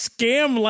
Scam